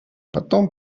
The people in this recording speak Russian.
потом